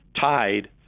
tied